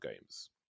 games